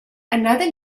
another